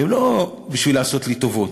לא בשביל לעשות לי טובות.